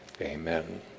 Amen